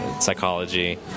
psychology